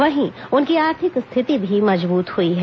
वहीं उनकी आर्थिक स्थिति भी मजबूत हुई है